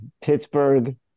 pittsburgh